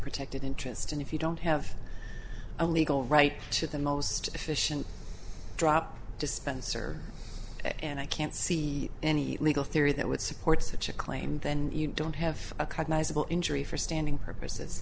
protected interest and if you don't have a legal right to the most efficient drop dispenser and i can't see any legal theory that would support such a claim then you don't have a cognizable injury for standing purposes